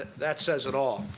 that says it all.